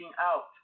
out